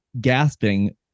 gasping